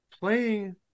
playing